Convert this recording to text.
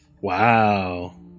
Wow